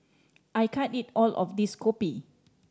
I can't eat all of this kopi